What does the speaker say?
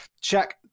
check